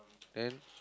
then